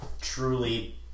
truly